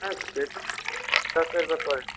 হ্যাঁ সে তো বিশ্বাসের ব্যাপার